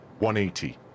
180